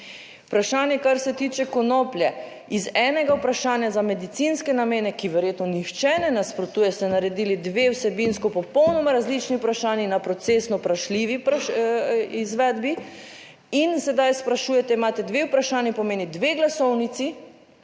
Vprašanje, kar se tiče konoplje iz enega vprašanja za medicinske namene, ki verjetno nihče ne nasprotuje, ste naredili dve vsebinsko popolnoma različni vprašanji na procesno vprašljivi izvedbi in sedaj sprašujete. Imate dve vprašanji, pomeni dve glasovnici: